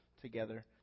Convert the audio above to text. together